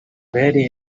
very